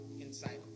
inside